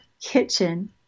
kitchen